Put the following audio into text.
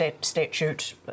statute